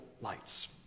Lights